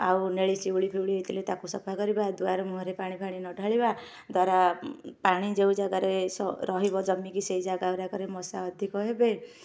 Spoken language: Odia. ଆଉ ନେଳି ଶିଉଳି ଫିଉଳି ହେଇଥିଲେ ତାକୁ ସଫା କରିବା ଦୁଆର ମୁହଁରେ ପାଣି ଫାଣି ନ ଢାଳିବା ଦ୍ୱାରା ପାଣି ଯେଉଁ ଜାଗାରେ ସ ରହିବ ଜମିକି ସେଇ ଜାଗା ଘରିକା ରେ ମଶା ଅଧିକ ହେବେ